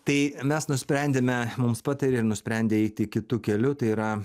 tai mes nusprendėme mums patarė ir nusprendė eiti kitu keliu tai yra